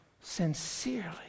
sincerely